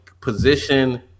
position